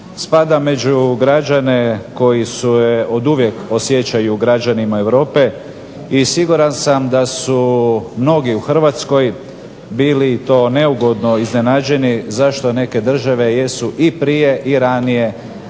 Spada među građane koji su je oduvijek osjećaju građanima Europe i siguran sam da su mnogi u Hrvatskoj bili i to neugodno iznenađeni zašto neke države jesu i prije i ranije nego